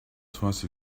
trust